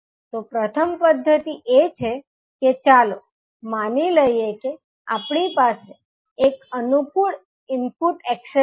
તો પ્રથમ પદ્ધતિ એ છે કે ચાલો માની લઈએ કે આપણી પાસે એક અનુકૂળ ઇનપુટ એક્સેસ છે